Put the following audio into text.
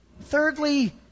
Thirdly